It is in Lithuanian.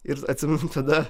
ir atsimenu tada